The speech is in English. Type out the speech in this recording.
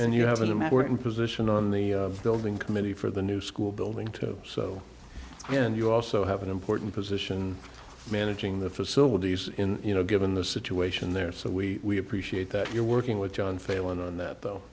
and you have a map we're in position on the building committee for the new school building to so and you also have an important position managing the facilities in you know given the situation there so we appreciate that you're working with john failing on that though